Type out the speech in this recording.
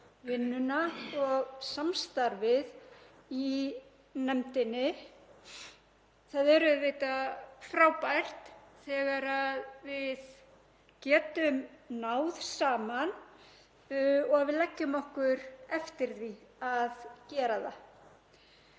vinnuna og samstarfið í nefndinni. Það er auðvitað frábært þegar við getum náð saman og að við leggjum okkur eftir því að gera það.